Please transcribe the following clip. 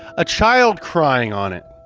a child crying on it.